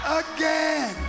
again